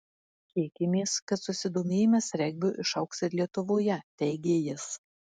tikimės kad susidomėjimas regbiu išaugs ir lietuvoje teigė jis